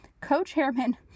co-chairman